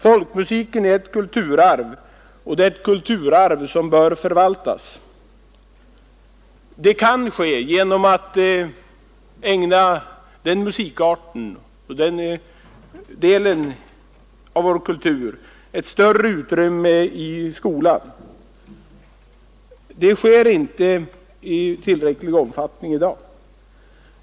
Folkmusiken är ett kulturarv, och det bör förvaltas. Det kan ske genom att den musikarten och den delen av vår kultur ägnas ett större utrymme i skolan. Det sker inte i tillräcklig omfattning i dag.